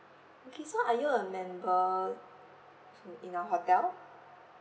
okay so are you a member in our hotel